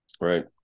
Right